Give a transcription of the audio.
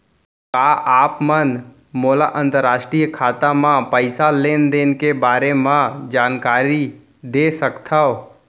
का आप मन मोला अंतरराष्ट्रीय खाता म पइसा लेन देन के बारे म जानकारी दे सकथव?